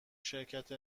شرکت